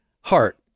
heart